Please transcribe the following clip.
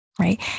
right